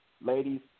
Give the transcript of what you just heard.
ladies